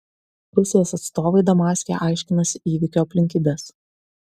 rusijos atstovai damaske aiškinasi įvykio aplinkybes